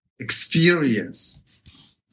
experience